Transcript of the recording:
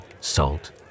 salt